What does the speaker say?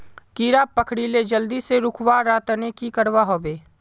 कीड़ा पकरिले जल्दी से रुकवा र तने की करवा होबे?